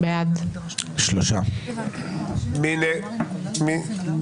מי נגד?